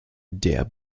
der